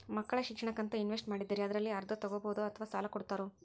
ಮಕ್ಕಳ ಶಿಕ್ಷಣಕ್ಕಂತ ಇನ್ವೆಸ್ಟ್ ಮಾಡಿದ್ದಿರಿ ಅದರಲ್ಲಿ ಅರ್ಧ ತೊಗೋಬಹುದೊ ಅಥವಾ ಸಾಲ ಕೊಡ್ತೇರೊ?